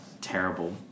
Terrible